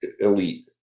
elite